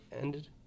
ended